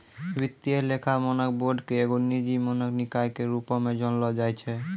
वित्तीय लेखा मानक बोर्ड के एगो निजी मानक निकाय के रुपो मे जानलो जाय छै